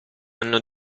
anno